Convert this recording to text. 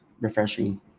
refreshing